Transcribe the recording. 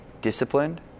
disciplined